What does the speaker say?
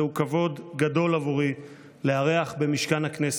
זהו כבוד גדול עבורי לארח במשכן הכנסת,